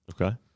Okay